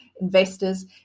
investors